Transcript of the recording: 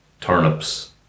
turnips